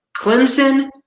Clemson